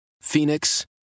Phoenix